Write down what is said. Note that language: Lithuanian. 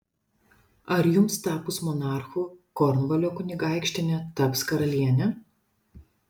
ar jums tapus monarchu kornvalio kunigaikštienė taps karaliene